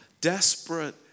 desperate